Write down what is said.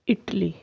Italy